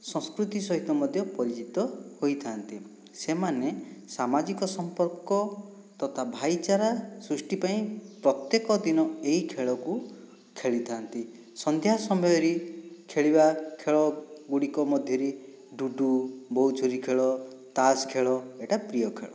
ସଂସ୍କୃତି ସହିତ ମଧ୍ୟ ପରିଚିତ ହୋଇଥା'ନ୍ତି ସେମାନେ ସାମାଜିକ ସମ୍ପର୍କ ତଥା ଭାଇଚାରା ସୃଷ୍ଟି ପାଇଁ ପ୍ରତ୍ୟକ ଦିନ ଏଇ ଖେଳକୁ ଖେଳିଥା'ନ୍ତି ସନ୍ଧ୍ୟା ସମୟରେ ଖେଳିବା ଖେଳ ଗୁଡ଼ିକ ମଧ୍ୟରେ ଡୁଡୁ ବୋହୁ ଚୋରୀ ଖେଳ ତାସ ଖେଳ ଏ'ଟା ପ୍ରିୟ ଖେଳ